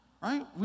right